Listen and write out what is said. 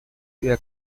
irá